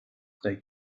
they